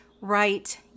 right